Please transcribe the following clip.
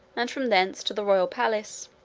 and from thence to the royal palace.